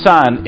Son